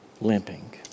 limping